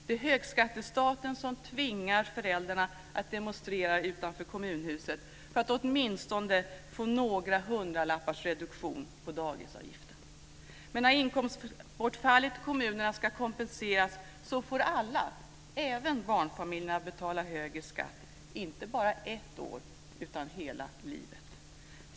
Det är högskattestaten som tvingar föräldrarna att demonstrera utanför kommunhuset för att åtminstone få några hundralappars reduktion på dagisavgiften. Men när inkomstbortfallet i kommunerna ska kompenseras får alla, även barnfamiljerna, betala högre skatt - inte bara ett år utan hela livet.